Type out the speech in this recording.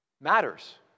matters